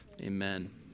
Amen